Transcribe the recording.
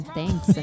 Thanks